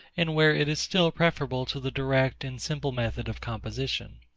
and where it is still preferable to the direct and simple method of composition.